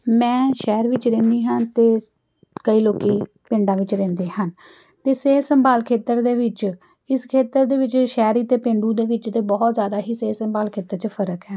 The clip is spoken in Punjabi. ਮੈਂ ਸ਼ਹਿਰ ਵਿੱਚ ਰਹਿੰਦੀ ਹਾਂ ਅਤੇ ਕਈ ਲੋਕ ਪਿੰਡਾਂ ਵਿੱਚ ਰਹਿੰਦੇ ਹਨ ਅਤੇ ਸਿਹਤ ਸੰਭਾਲ ਖੇਤਰ ਦੇ ਵਿੱਚ ਇਸ ਖੇਤਰ ਦੇ ਵਿੱਚ ਸ਼ਹਿਰੀ ਅਤੇ ਪੇਂਡੂ ਦੇ ਵਿੱਚ ਤਾਂ ਬਹੁਤ ਜ਼ਿਆਦਾ ਹੀ ਸੰਭਾਲ ਖੇਤਰ 'ਚ ਫ਼ਰਕ ਹੈ